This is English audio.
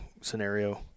scenario